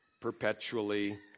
perpetually